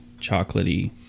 chocolatey